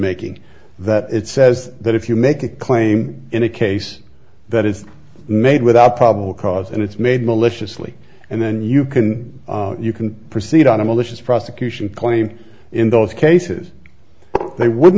making that it says that if you make a claim in a case that is made without probable cause and it's made maliciously and then you can you can proceed on a malicious prosecution claim in those cases they w